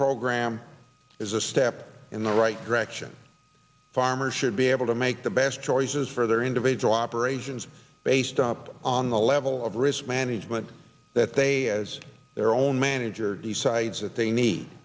program is a step in the right direction farmers should be able to make the best choices for their individual operations based up on the level of risk management that they as their own manager decides that they need